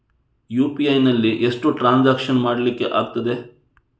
UPI ನಲ್ಲಿ ಎಷ್ಟು transaction ಮಾಡ್ಲಿಕ್ಕೆ ಆಗ್ತದೆ?